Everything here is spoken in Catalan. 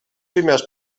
primers